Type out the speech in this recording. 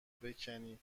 بکنی